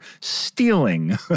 stealing